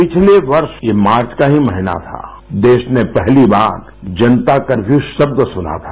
पिछले वर्ष ये मार्च का ही महीना था देश ने पहली बार जनता कर्फ़यू शब्द सुना था